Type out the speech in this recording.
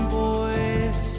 boys